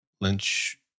Lynch